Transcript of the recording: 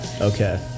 Okay